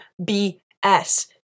BS